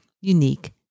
unique